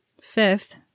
Fifth